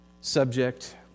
subject